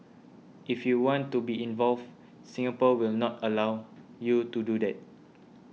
if you want to be involved Singapore will not allow you to do that